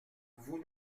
vous